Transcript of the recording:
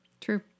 True